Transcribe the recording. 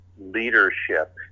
leadership